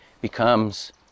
becomes